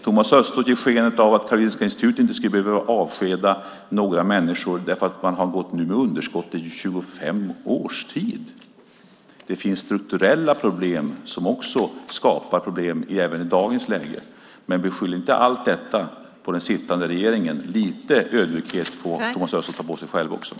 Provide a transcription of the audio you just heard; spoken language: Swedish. Thomas Östros ger skenet av att Karolinska Institutet inte skulle behöva avskeda några människor, trots att man har gått med underskott i 25 års tid. Det finns strukturella problem som skapar problem även i dagens läge. Men skyll inte allt detta på den sittande regeringen! Lite ödmjukhet får Thomas Östros själv visa.